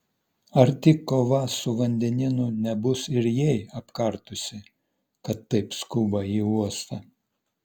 ar tik kova su vandenynu nebus ir jai apkartusi kad taip skuba į uostą